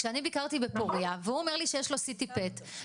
כשאני ביקרתי בפוריה והוא אומר לי שיש לו C.T. pet